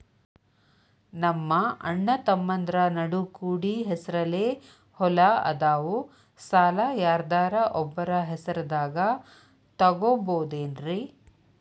ನಮ್ಮಅಣ್ಣತಮ್ಮಂದ್ರ ನಡು ಕೂಡಿ ಹೆಸರಲೆ ಹೊಲಾ ಅದಾವು, ಸಾಲ ಯಾರ್ದರ ಒಬ್ಬರ ಹೆಸರದಾಗ ತಗೋಬೋದೇನ್ರಿ?